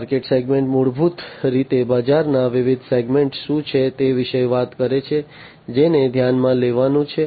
markets segment મૂળભૂત રીતે બજારના વિવિધ સેગમેન્ટ્સ શું છે તે વિશે વાત કરે છે જેને ધ્યાનમાં લેવાનું છે